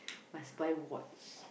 must buy watch